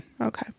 Okay